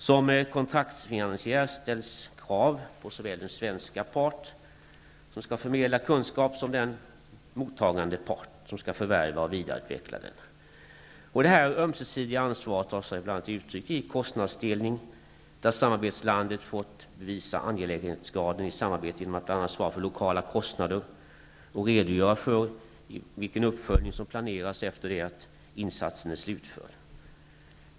Som kontraktsfinansiär ställs krav på såväl den svenska part som skall förmedla kunskap som den mottagande part som skall förvärva och vidareutveckla. Det ömsesidiga ansvaret tar sig ibland uttryck i kostnadsdelning där samarbetslandet har fått bevisa angelägenhetsgraden i samarbetet genom att bl.a. svara för lokala kostnader och redogöra för vilken uppföljning som planeras efter det att insatsen är slutförd.